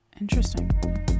Interesting